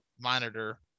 monitor